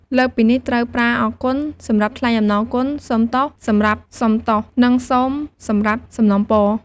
លើសពីនេះ ត្រូវប្រើ "អរគុណ" សម្រាប់ថ្លែងអំណរគុណ "សូមទោស" សម្រាប់សុំទោស និង "សូម" សម្រាប់សំណូមពរ។